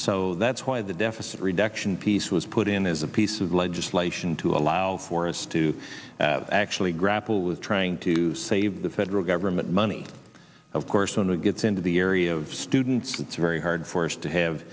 so that's why the deficit reduction piece was put in as a piece of legislation to allow for us to actually grapple with trying to save the federal government money of course on it gets into the area of students it's very hard for us to have